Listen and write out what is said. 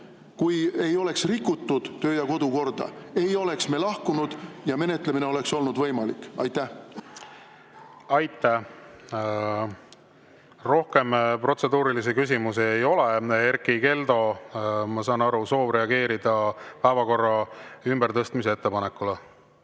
Kui ei oleks rikutud töö- ja kodukorda, ei oleks me lahkunud ja menetlemine oleks olnud võimalik. Aitäh! Rohkem protseduurilisi küsimusi ei ole. Erkki Keldo, ma saan aru, et soovite reageerida päevakorra ümbertõstmise ettepanekule.